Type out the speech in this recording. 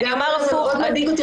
זה מאוד מדאיג אותי.